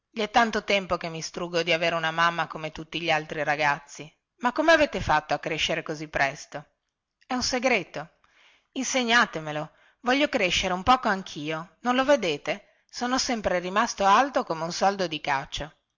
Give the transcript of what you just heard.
è tanto tempo che mi struggo di avere una mamma come tutti gli altri ragazzi ma come avete fatto a crescere così presto è un segreto insegnatemelo vorrei crescere un poco anchio non lo vedete sono sempre rimasto alto come un soldo di cacio